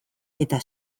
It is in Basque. eta